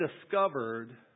discovered